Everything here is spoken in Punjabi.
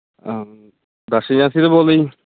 ਬੱਸ ਏਜੰਸੀ ਤੋਂ ਬੋਲਦੇ ਜੀ